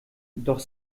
doch